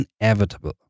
inevitable